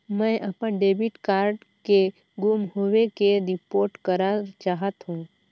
मैं अपन debit card के गुम होवे के रिपोर्ट करा चाहत हों